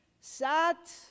Sat